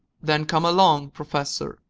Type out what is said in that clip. then come along, professor,